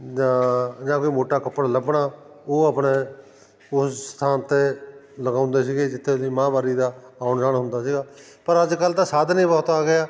ਜਾਂ ਜਾਂ ਕੋਈ ਮੋਟਾ ਕੱਪੜਾ ਲੱਭਣਾ ਉਹ ਆਪਣੇ ਉਸ ਸਥਾਨ 'ਤੇ ਲਗਾਉਂਦੇ ਸੀਗੇ ਜਿੱਥੇ ਦੀ ਮਾਂਹਵਾਰੀ ਦਾ ਆਉਣ ਜਾਣ ਹੁੰਦਾ ਸੀਗਾ ਪਰ ਅੱਜ ਕੱਲ੍ਹ ਤਾਂ ਸਾਧਨ ਹੀ ਬਹੁਤ ਆ ਗਏ ਆ